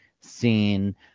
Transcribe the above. seen